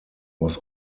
was